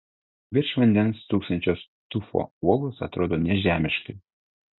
virš vandens stūksančios tufo uolos atrodo nežemiškai